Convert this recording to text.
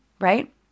right